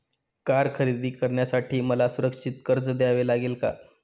Car खरेदी करण्यासाठी मला सुरक्षित कर्ज घ्यावे लागेल का?